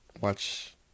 watch